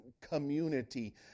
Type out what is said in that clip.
community